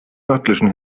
nördlichen